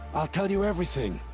i'll tell you everything!